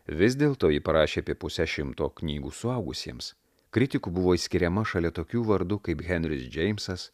vis dėlto ji parašė apie pusę šimto knygų suaugusiems kritikų buvo išskiriama šalia tokių vardų kaip henris džeimsas